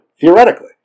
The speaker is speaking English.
Theoretically